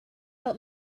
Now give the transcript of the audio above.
help